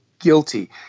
guilty